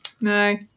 No